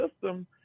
system